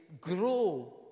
grow